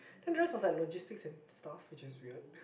then the rest was like logistics and stuff which is weird